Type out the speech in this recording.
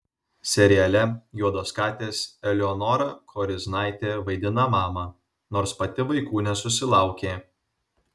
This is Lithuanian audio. seriale juodos katės eleonora koriznaitė vaidina mamą nors pati vaikų nesusilaukė